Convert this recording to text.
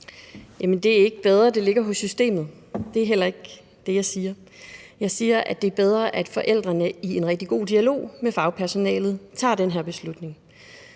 det er ikke bedre, at det ligger hos systemet – og det er heller ikke det, jeg siger. Jeg siger, at det er bedre, at forældrene i en rigtig god dialog med fagpersonalet tager den her beslutning,